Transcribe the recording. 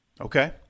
Okay